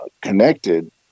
connected